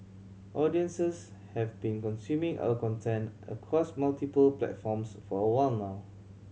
audiences have been consuming our content across multiple platforms for a while now